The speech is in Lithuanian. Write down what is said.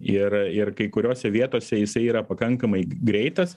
ir ir kai kuriose vietose jisai yra pakankamai greitas